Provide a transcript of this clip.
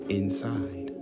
inside